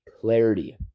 clarity